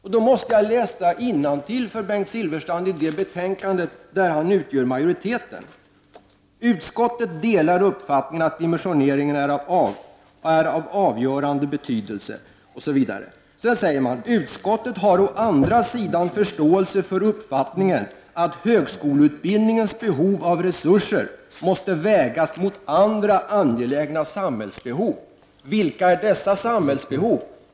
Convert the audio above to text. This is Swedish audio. Jag måste då läsa innantill för Bengt Silfverstrand ur skrivningen av den majoritet i utskottet som han tillhör: ”Utskottet delar uppfattningen att dimensioneringen ——-- är av stor betydelse —-—--.-—-- Utskottet har å andra sidan förståelse för uppfattningen att högskoleutbildningens behov av resurser måste vägas mot andra angelägna samhällsbehov.” Jag frågar alltså: Vilka är dessa samhällsbehov?